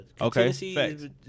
okay